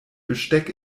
besteck